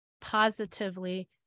positively